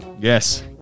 Yes